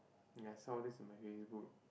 I saw this on my Facebook